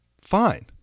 fine